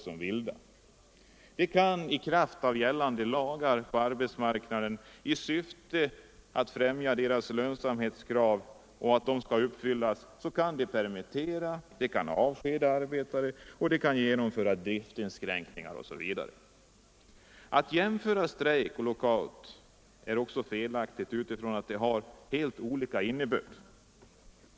Arbetsköparna kan i kraft av gällande lagar på arbetsmarknaden i syfte att främja sina lönsamhetskrav permittera och avskeda arbetare, genomföra driftinskränkningar osv. Att jämföra strejk och lockout är också felaktigt utifrån att de har helt olika innebörd.